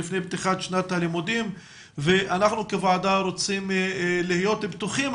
אנחנו חודש לפני פתיחת שנת הלימודים ואנחנו כוועדה רוצים להיות בטוחים,